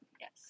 Yes